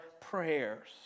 prayers